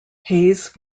hayes